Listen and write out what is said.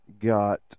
got